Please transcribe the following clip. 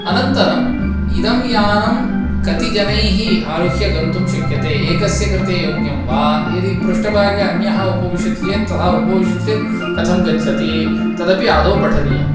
अनन्तरम् इदं यानं कति जनैः आरुह्य गन्तुं शक्यते एकस्य कृते योग्यं वा यदि पृष्ठभागे अन्यः उपविशति चेत् तथा उपविशति चेत् कथं गच्छति तदपि आदौ पठनीयम्